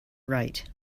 right